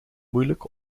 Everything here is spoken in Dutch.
moeilijk